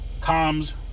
comms